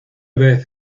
vez